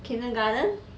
kindergarten